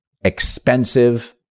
expensive